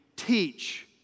teach